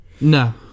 No